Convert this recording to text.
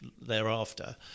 thereafter